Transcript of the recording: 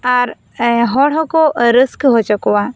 ᱟᱨ ᱦᱚᱲ ᱦᱚᱸᱠᱚ ᱨᱟᱹᱥᱠᱟᱹ ᱦᱚᱪᱚ ᱠᱚᱣᱟ